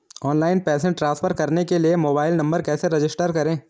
Online पैसे transfer करने के लिए मोबाइल नंबर कैसे रजिस्टर करें?